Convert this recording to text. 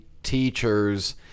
teachers